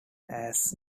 ass